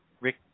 Rick